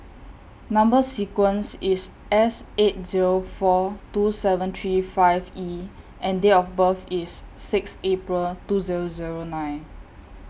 Number sequence IS S eight Zero four two seven three five E and Date of birth IS six April two Zero Zero nine